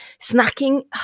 snacking